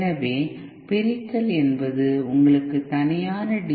எனவே பிரித்தல் என்பது உங்களுக்கு தனியான டி